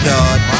God